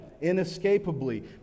inescapably